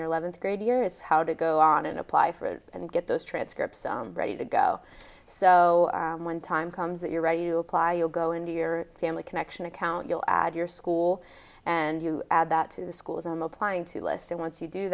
your eleventh grade year is how to go on and apply for and get those transcripts ready to go so when time comes that you're ready to apply you'll go into your family connection account you'll add your school and you add that to the schools i'm applying to list and once you do